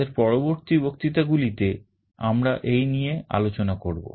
আমাদের পরবর্তী বক্তৃতা গুলিতে আমরা এই নিয়ে আলোচনা করব